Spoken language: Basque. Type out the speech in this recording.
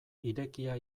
irekia